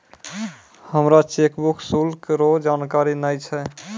हमरा चेकबुक शुल्क रो जानकारी नै छै